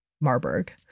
Marburg